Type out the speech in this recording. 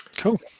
Cool